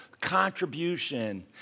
contribution